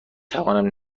توانم